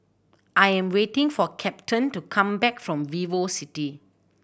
I am waiting for Captain to come back from VivoCity